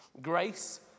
grace